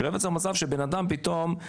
שלא ייווצר מצב שבנאדם פתאום,